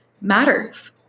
matters